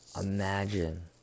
imagine